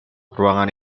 ruangan